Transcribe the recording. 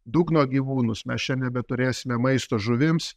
dugno gyvūnus mes čia nebeturėsime maisto žuvims